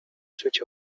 switch